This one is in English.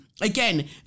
Again